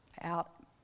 out—